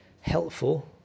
helpful